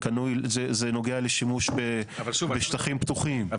זה נוגע לשימוש בשטחים פתוחים,